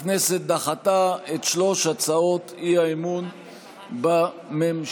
הכנסת דחתה את שלוש הצעות האי-אמון בממשלה.